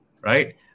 right